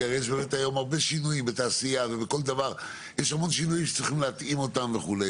כי יש היום בתעשייה ובכל דבר הרבה שינויים שצריך להתאים אותם וכו'.